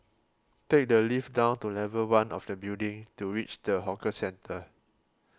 take the lift down to level one of the building to reach the hawker centre